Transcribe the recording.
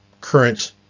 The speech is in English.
current